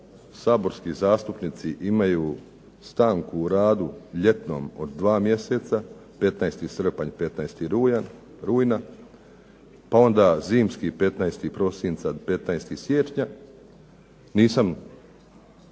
saborski zastupnici imaju stanku u radu ljetnom od 2 mjeseca, 15. srpanj, 15. rujna, pa onda zimski 15. prosinca do 15. siječnja, nisam